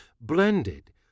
blended